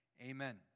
amen